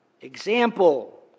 example